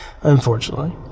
unfortunately